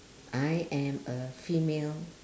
I am a female